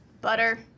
Butter